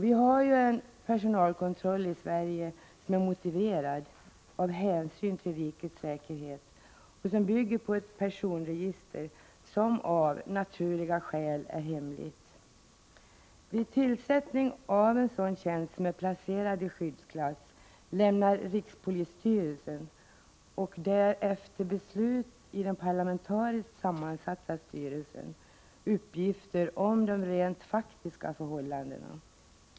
Vi har i Sverige en personalkontroll som motiveras med hänsynen till rikets säkerhet och som bygger på ett personregister, som av naturliga skäl är hemligt. Vid tillsättning av en tjänst som är placerad i skyddsklass lämnar rikspolisstyrelsen — efter beslut i den parlamentariskt sammansatta styrelsen — uppgifter om de rent faktiska förhållandena.